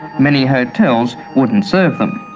many hotels wouldn't serve them,